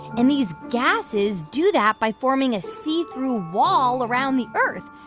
and these gases do that by forming a see-through wall around the earth,